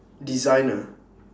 designer